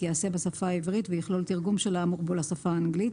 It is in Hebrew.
ייעשה בשפה העברית ויכלול תרגום של האמור בו לשפה האנגלית.